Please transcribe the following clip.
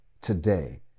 Today